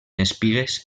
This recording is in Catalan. espigues